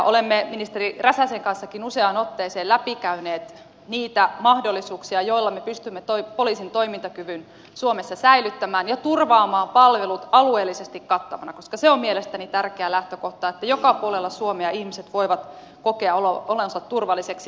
olemme ministeri räsäsenkin kanssa useaan otteeseen läpikäyneet niitä mahdollisuuksia joilla me pystymme poliisin toimintakyvyn suomessa säilyttämään ja turvaamaan palvelut alueellisesti kattavina koska se on mielestäni tärkeä lähtökohta että joka puolella suomea ihmiset voivat kokea olonsa turvalliseksi